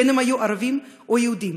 בין שהם ערבים ובין שיהודים.